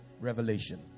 revelation